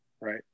Right